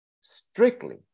strictly